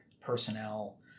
personnel